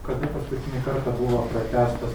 kada paskutinį kartą buvo pratęstas